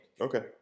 Okay